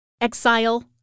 exile